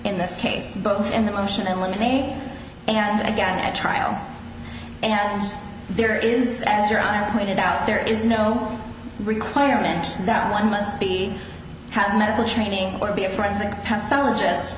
in this case both in the motion eliminated and again at trial and there is as your honor pointed out there is no requirement that one must be have medical training or to be a forensic pathologist